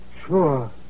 Sure